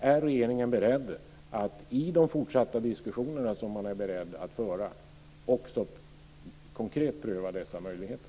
Är regeringen beredd att i de fortsatta diskussioner som man är beredd att föra också konkret pröva dessa möjligheter?